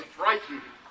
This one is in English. frighten